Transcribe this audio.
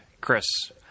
Chris